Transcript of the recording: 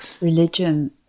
Religion